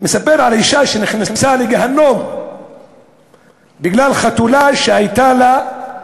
מספר על אישה שנכנסה לגיהינום בגלל חתולה שהייתה לה,